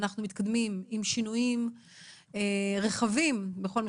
אנחנו מתקדמים עם שינויים רחבים בכל מה